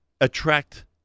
attract